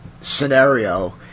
scenario